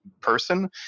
person